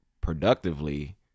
productively